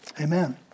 Amen